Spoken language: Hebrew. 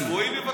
הצבועים יבקשו?